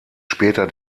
später